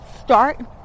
start